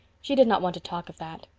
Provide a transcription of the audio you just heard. she did not want to talk of that.